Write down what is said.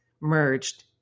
merged